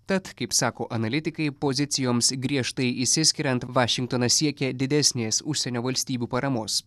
tad kaip sako analitikai pozicijoms griežtai išsiskiriant vašingtonas siekia didesnės užsienio valstybių paramos